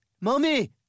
mommy